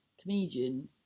comedian